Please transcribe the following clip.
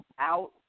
out